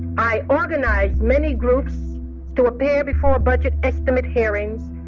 i organize many groups to appear before budget estimate hearings,